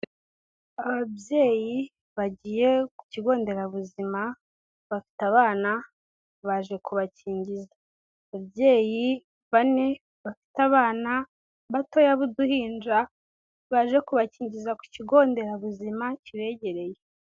Ababyeyi bagiye ku kigo nderabuzima, bafite abana, baje kubakingiza. Ababyeyi bane, bafite abana batoya, b'uduhinja, baje kubakingiza ku kigo nderabuzima kibegereye.